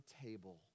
table